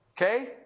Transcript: Okay